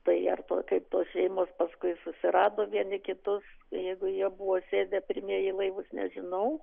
tai ar kaip tos šeimos paskui susirado vieni kitus jeigu jie buvo sėdę pirmieji į laivus nežinau